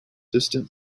distant